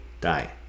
die